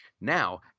Now